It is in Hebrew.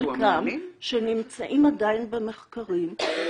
חלקן, שנמצאות עדיין במחקרים -- וזה מקור המידע?